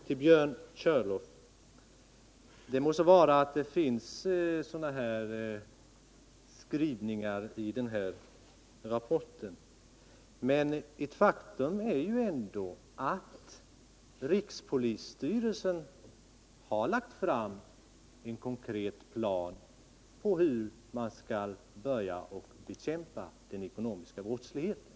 Till Björn Körlof vill jag replikera att det må vara att sådana skrivningar förekommer i rapporten, men det är ändå ett faktum att rikspolisstyrelsen har lagt fram en konkret plan för hur man skall börja bekämpa den ekonomiska brottsligheten.